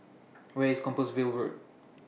Where IS Compassvale Road